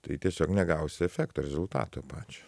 tai tiesiog negausi efekto rezultato pačio